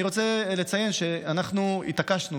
אני רוצה לציין שאנחנו התעקשנו,